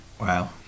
Wow